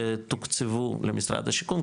תוקצבו למשרד השיכון,